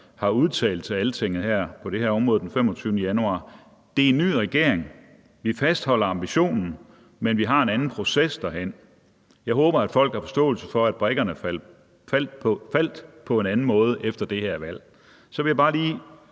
har udtalt om det her område til Altinget: »Det er en ny regering. Vi fastholder ambitionen, men vi har en anden proces derhen. Jeg håber, at folk har forståelse for, at brikkerne faldt på en anden måde efter det her valg.« Jeg vil bare lige